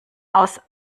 aus